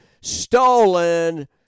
stolen